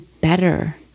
better